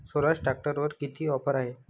स्वराज ट्रॅक्टरवर किती ऑफर आहे?